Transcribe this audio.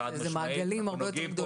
זה מעגלים הרבה יותר גדולים.